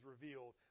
revealed